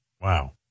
Wow